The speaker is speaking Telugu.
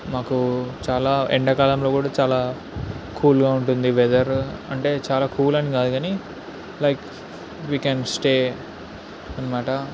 మాకు చాలా ఎండాకాలంలో కూడా చాలా కూల్గా ఉంటుంది వెదరు అంటే చాలా కూల్ అని కాదు కానీ లైక్ ఉయ్ కెన్ స్టే అన్నమాట